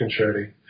concerti